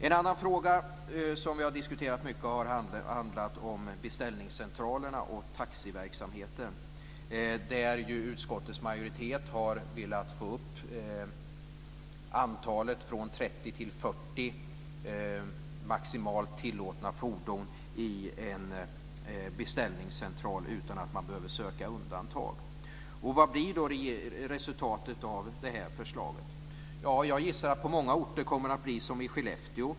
En annan fråga som vi har diskuterat mycket har handlat om beställningscentralerna och taxiverksamheten. Utskottets majoritet har velat få upp antalet maximalt tillåtna fordon i en beställningscentral från 30 till 40 utan att man behöver söka undantag. Vad blir då resultatet av förslaget? Jag gissar att det på många orter kommer att bli som i Skellefteå.